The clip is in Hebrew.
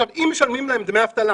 ואם משלמים להם דמי אבטלה